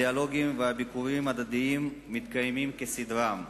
הדיאלוגים והביקורים ההדדיים מתקיימים כסדרם.